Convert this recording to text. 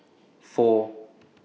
four